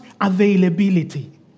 availability